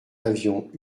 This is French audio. avions